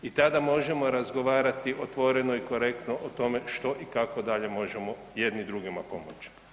I tada možemo razgovarati otvoreno i korektno o tome što i kako dalje možemo jedni drugima pomoći.